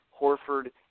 Horford